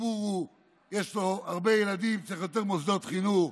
יש לציבור הרבה ילדים וצריך יותר מוסדות חינוך,